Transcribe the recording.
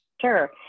Sure